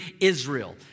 Israel